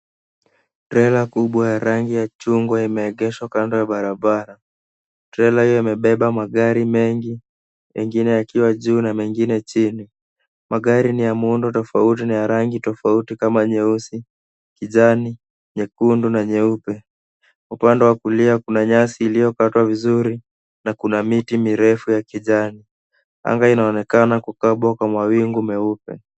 Trela kubwa ya rangi ya chungwa imeegeshwa kando ya barabara. Trela hiyo imebeba magari mengi, mengine yakiwa juu na mengine chini magari. Magari ni ya muundo tofauti na ya rangi tofauti kama nyeusi, kijani nyekundu na nyeupe. Upande wa kulia kuna nyasi iliyokatwa vizuri na kuna miti mirefu ya kijani. Anga inaonekana kukabwa kwa mawingu meupe.